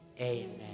Amen